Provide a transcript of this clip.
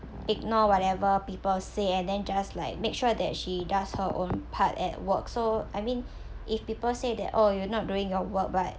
ignore whatever people say and then just like make sure that she does her own part at work so I mean if people say that oh you're not doing your work but